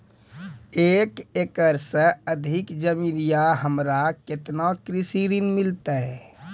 एक एकरऽ से अधिक जमीन या हमरा केतना कृषि ऋण मिलते?